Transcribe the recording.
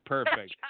Perfect